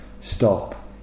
stop